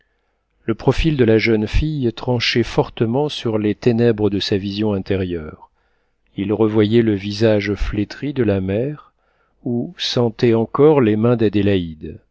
le profil de la jeune fille tranchait fortement sur les ténèbres de sa vision intérieure il revoyait le visage flétri de la mère ou sentait encore les mains d'adélaïde